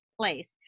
place